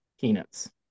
peanuts